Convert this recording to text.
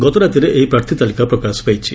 ଗତରାତିରେ ଏହି ପ୍ରାର୍ଥୀ ତାଲିକା ପ୍ରକାଶ ପାଇଛି